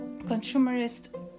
consumerist